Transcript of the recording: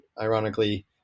ironically